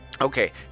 Okay